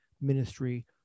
ministry